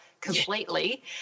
completely